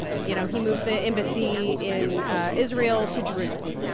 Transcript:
you know, he moved the embassy in israel to jerusalem.